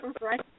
Right